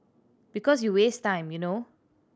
because you waste time you know